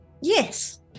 Yes